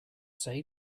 say